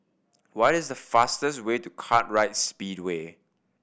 what is the fastest way to Kartright Speedway